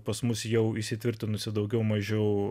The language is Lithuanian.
pas mus jau įsitvirtinusi daugiau mažiau